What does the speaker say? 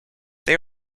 they